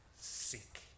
sick